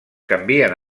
canvien